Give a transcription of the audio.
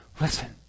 Listen